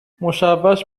مشوش